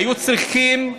היו צריכים,